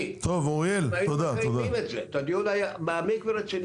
אנחנו רוצים שיהיו יחסים הוגנים בין היבואן הישיר ליבואן העקיף.